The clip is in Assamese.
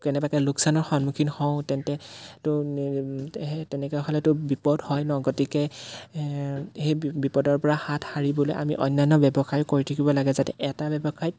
কেনেবাকৈ লোকচানৰ সন্মুখীন হওঁ তেন্তে তো সেই তেনেকুৱা হ'লেতো বিপদ হয় ন গতিকে সেই বিপদৰপৰা হাত সাৰিবলৈ আমি অন্যান্য ব্যৱসায় কৰি থাকিব লাগে যাতে এটা ব্যৱসায়ত